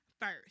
first